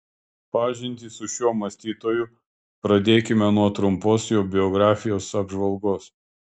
pažintį su šiuo mąstytoju pradėkime nuo trumpos jo biografijos apžvalgos